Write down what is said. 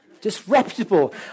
Disreputable